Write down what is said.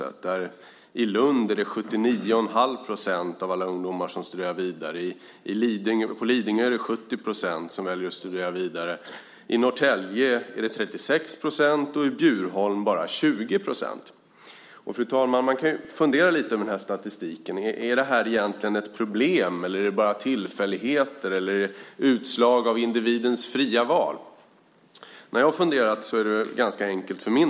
I Lund är det 79 1⁄2 % av alla ungdomar som studerar vidare. På Lidingö är det 70 % som väljer att studera vidare. I Norrtälje är det 36 % och i Bjurholm bara 20 %. Fru talman! Man kan fundera lite över den här statistiken. Är det egentligen ett problem, eller är det bara tillfälligheter? Är det utslag av individens fria val? För min del är det ganska enkelt.